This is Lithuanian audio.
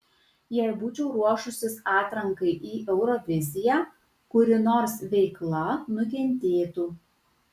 jei būčiau ruošusis atrankai į euroviziją kuri nors veikla nukentėtų